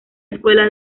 escuela